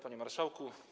Panie Marszałku!